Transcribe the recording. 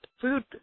food